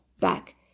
back